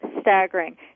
staggering